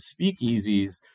speakeasies